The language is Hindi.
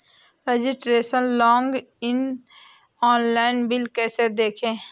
रजिस्ट्रेशन लॉगइन ऑनलाइन बिल कैसे देखें?